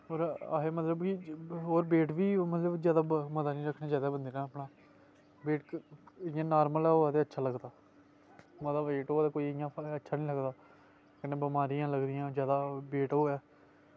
होर अस मतलव कि ओवर वेट बी मतलव जादा मता नी रक्खना चाही दा बंदे नै अपना वेट इयां नॉर्मल गै होऐ ता अच्छा लगदा मता वेट होई ता केई इयां अच्छा नी लगदा कन्नै बमारियां लगदियां जादा बेट होऐ